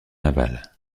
aval